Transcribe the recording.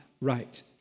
right